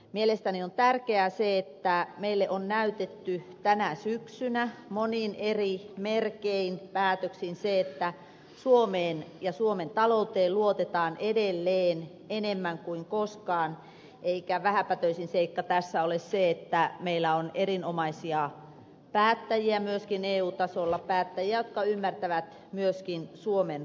mielestäni on tärkeää se että meille on näytetty tänä syksynä monin eri merkein päätöksin se että suomeen ja suomen talouteen luotetaan edelleen enemmän kuin koskaan eikä vähäpätöisin seikka tässä ole se että meillä on erinomaisia päättäjiä myöskin eu tasolla päättäjiä jotka ymmärtävät myöskin suomen roolin